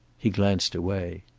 he glanced away.